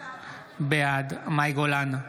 בעד מאי גולן,